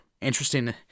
interesting